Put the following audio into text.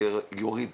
זה יוריד